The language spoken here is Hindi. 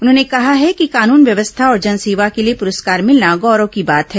उन्होंने कहा है कि कानून व्यवस्था और जनसेवा के लिए पुरस्कार भिलना गौरव की बात है